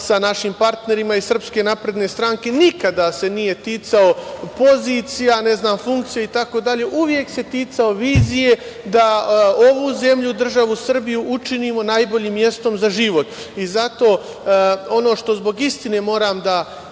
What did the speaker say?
sa našim partnerima iz SNS nikada se nije ticao pozicija, ne znam, funkcija itd, uvek se ticalo vizije da ovu zemlju državu Srbiju učinimo najboljim mestom za život. Zato ono što zbog istine moram da